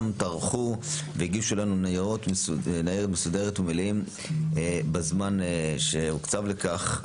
טרחו והגישו לנו ניירת מסודרת בזמן שהוקצב לכך.